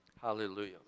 Hallelujah